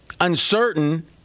uncertain